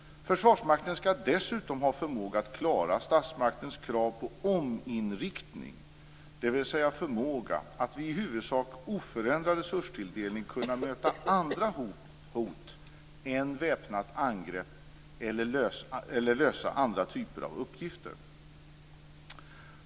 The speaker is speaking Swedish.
Försvarsmakten skall dessutom ha förmåga att klara statsmaktens krav på ominriktning, dvs. förmåga att vid i huvudsak oförändrad resurstilldelning kunna möta andra hot än väpnat angrepp eller att kunna lösa andra typer av uppgifter.